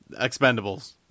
Expendables